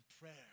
prayer